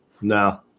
No